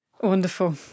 Wonderful